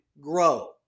grow